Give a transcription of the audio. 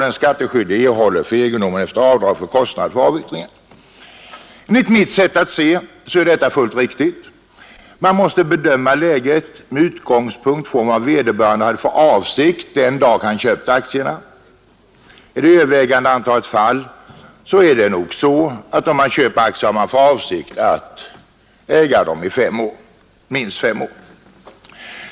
Enligt mitt sätt att se är detta fullt riktigt. Man måste bedöma läget med utgångspunkt från vad vederbörande hade för avsikt då han köpte aktierna. I det övervägande antalet fall är det nog så att om man köper aktier har man för avsikt att äga aktierna i minst fem år.